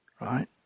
Right